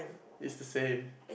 it's the same